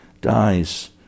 dies